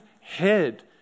head